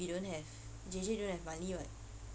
we don't have J_J don't have money [what]